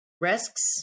risks